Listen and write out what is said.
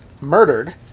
murdered